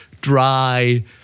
dry